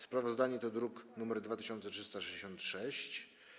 Sprawozdanie to druk nr 2366.